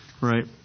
Right